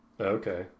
Okay